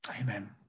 Amen